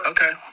Okay